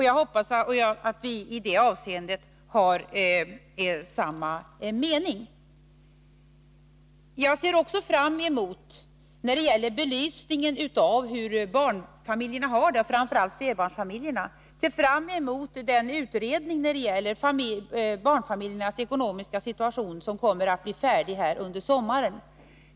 Jag hoppas att vi i det avseendet har samma mening. När det gäller att belysa hur barnfamiljerna och då framför allt flerbarnsfamiljerna har det ser jag fram emot den utredning om barnfamiljernas ekonomiska situation som kommer att bli färdig under sommaren.